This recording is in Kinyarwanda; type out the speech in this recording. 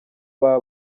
baba